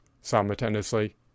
simultaneously